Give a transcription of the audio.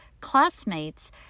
classmates